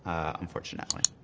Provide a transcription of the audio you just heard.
unfortunately.